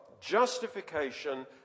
Justification